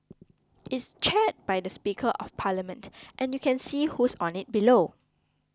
it's chaired by the speaker of parliament and you can see who's on it below